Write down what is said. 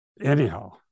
anyhow